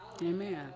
Amen